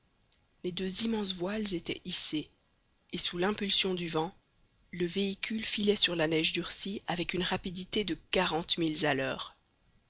les deux immenses voiles étaient hissées et sous l'impulsion du vent le véhicule filait sur la neige durcie avec une rapidité de